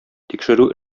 тикшерү